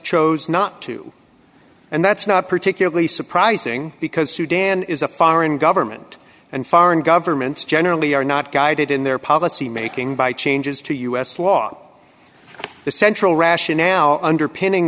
chose not to and that's not particularly surprising because sudan is a foreign government and foreign governments generally are not guided in their policy making by changes to u s law the central rationale underpinning